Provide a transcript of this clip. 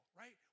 right